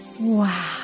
wow